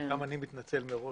גם אני מתנצל מראש.